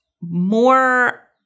more